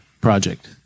project